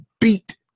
beat